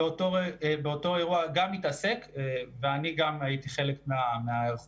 באותו אירוע גם התעסק ואני גם הייתי חלק מההיערכות